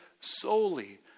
solely